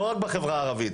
לא רק בחברה הערבית,